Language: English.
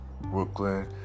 Brooklyn